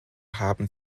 haben